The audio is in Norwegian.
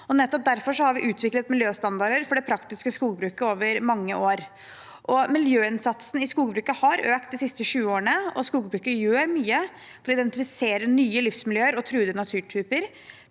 derfor har vi utviklet miljøstandarder for det praktiske skogbruket over mange år. Miljøinnsatsen i skogbruket har økt de siste 20 årene, og skogbruket gjør mye for å identifisere nye livsmiljøer og truede naturtyper.